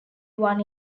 one